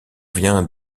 vient